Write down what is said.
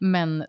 Men